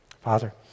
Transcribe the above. Father